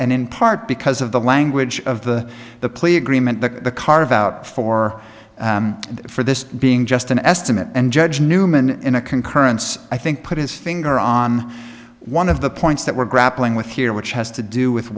and in part because of the language of the the plea agreement that the carve out for for this being just an estimate and judge newman in a concurrence i think put his finger on one of the points that we're grappling with here which has to do with